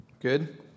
Good